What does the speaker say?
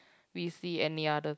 we see any other